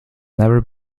never